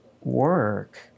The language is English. work